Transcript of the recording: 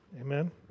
Amen